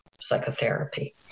psychotherapy